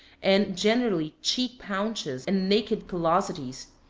and generally cheek-pouches and naked collosities,